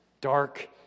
dark